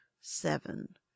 seven